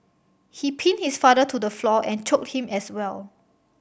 he pinned his father to the floor and choked him as well